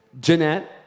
Jeanette